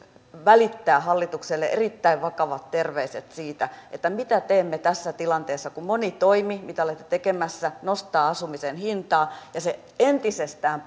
välittää hallitukselle erittäin vakavat terveiset siitä siitä mitä teemme tässä tilanteessa kun moni toimi mitä olette tekemässä nostaa asumisen hintaa ja se entisestään